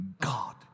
God